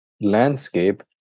landscape